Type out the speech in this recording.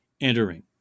entering